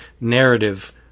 narrative